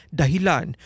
dahilan